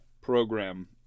program